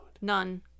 None